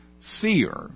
seer